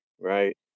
right